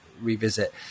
revisit